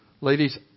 Ladies